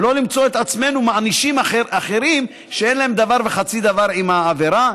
ולא למצוא את עצמנו מענישים אחרים שאין להם דבר וחצי דבר עם העבירה.